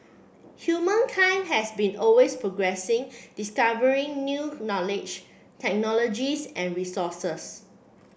humankind has been always progressing discovering new knowledge technologies and resources